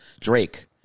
Drake